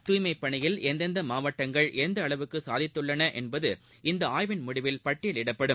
தூய்மைப்பணியில் எந்ததெந்த மாவட்டங்கள் எந்த அளவுக்கு சாதித்துள்ளன என்பது இந்த ஆய்வின் மூலம் பட்டியலிடப்படும்